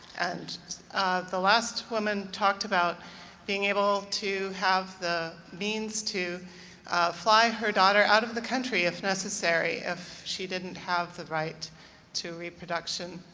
and the last woman talked about being able to have the means to fly her daughter out of the country if necessary if she didn't have the right to reproduction